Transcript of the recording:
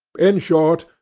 in short,